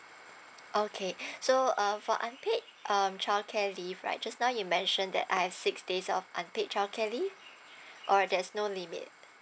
okay so um for unpaid um childcare leave right just now you mentioned that I have six days of unpaid childcare leave or there's no limit